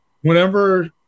Whenever